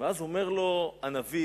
ואז אומר לו הנביא: